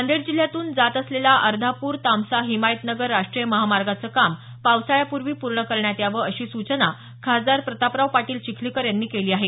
नांदेड जिल्ह्यातून जात असलेला अर्धापूर तामसा हिमायतनगर राष्ट्रीय महामार्गाचं काम पावसाळ्यापूर्वी पूर्ण करण्यात यावं अशी सूचना खासदार प्रतापराव पाटील चिखलीकर यांनी केली आहे